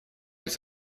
быть